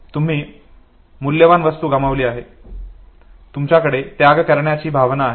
तुम्ही मूल्यवान वस्तू गमावली आहे तुमच्याकडे त्याग करण्याची भावना आहे